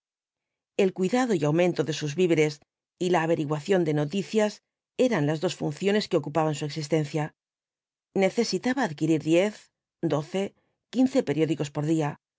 e cuidado y aumento de sus víveres y la averiguación de noticias eran las dos funciones que ocupaban su existencia necesitaba adquirir diez doce quince periódicos por día